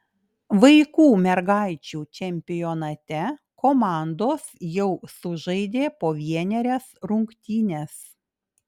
vaikų mergaičių čempionate komandos jau sužaidė po vienerias rungtynes